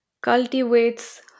cultivates